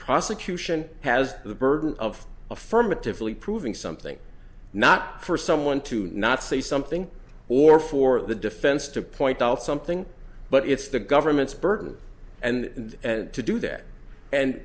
prosecution has the burden of affirmatively proving something not for someone to not say something or for the defense to point out something but it's the government's burden and to do that and